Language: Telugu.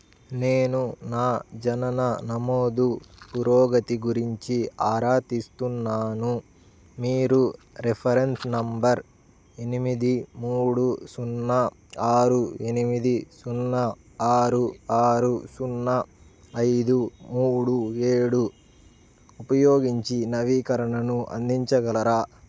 నేను నా జనన నమోదు పురోగతి గురించి ఆరా తీస్తున్నాను మీరు రిఫరెన్స్ నెంబర్ ఎనిమిది మూడు సున్నా ఆరు ఎనిమిది సున్నా ఆరు ఆరు సున్నా ఐదు మూడు ఏడు ఉపయోగించి నవీకరణను అందించగలరా